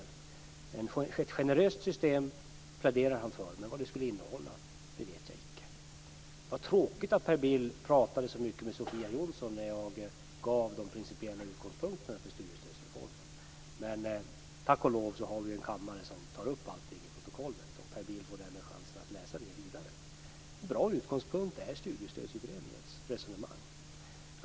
Han pläderar för ett generöst system, men vad det skulle innehålla det vet jag inte. Det var tråkigt att Per Bill talade så mycket med Sofia Jonsson när jag angav de principiella utgångspunkterna för studiestödsreformen. Men tack och lov tas allt som sägs i kammaren upp i protokollet, och Per Bill får därmed chansen att läsa det. En bra utgångspunkt är Studiestödsutredningens resonemang.